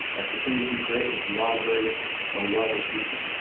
let's continue to be great cause we are great and we are this future.